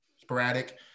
sporadic